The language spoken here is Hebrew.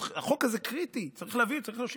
החוק הזה קריטי, צריך להביא את זה.